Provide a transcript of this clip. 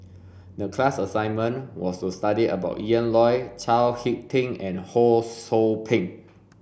the class assignment was to study about Ian Loy Chao Hick Tin and Ho Sou Ping